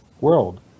world